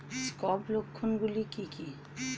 Scab লক্ষণ গুলো কি কি?